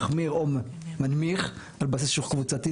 מחמיר או מנמיך על בסיס שיוך קבוצתי.